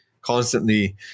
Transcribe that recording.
constantly